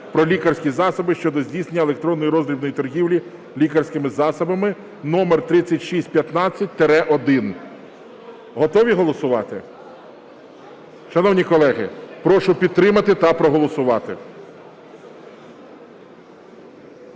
"Про лікарські засоби" (щодо здійснення електронної роздрібної торгівлі лікарськими засобами) (№3615-1). Готові голосувати? Шановні колеги, прошу підтримати та проголосувати.